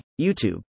YouTube